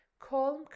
Colm